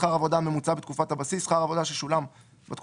"שכר העבודה הממוצע בתקופת הבסיס" שכר העבודה ששולם בתקופה